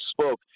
spoke